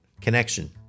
Connection